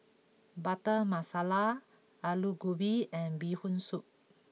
Butter Masala Aloo Gobi and Bee Hoon Soup